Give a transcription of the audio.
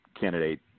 candidate